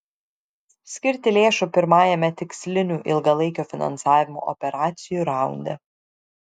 skirti lėšų pirmajame tikslinių ilgalaikio finansavimo operacijų raunde